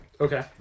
Okay